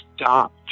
stop